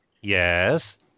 Yes